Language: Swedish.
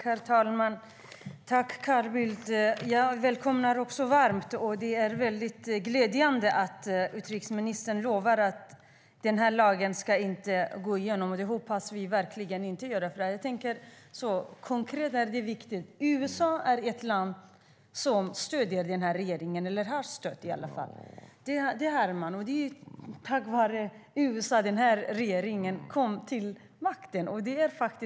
Herr talman! Tack, Carl Bildt. Jag välkomnar varmt och det är glädjande att utrikesministern lovar att denna lag inte ska gå igenom. Det hoppas vi verkligen att den inte gör. USA är ett land som stöder den här regeringen, eller har stött i alla fall. Det är tack vare USA som den här regeringen kom till makten.